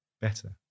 better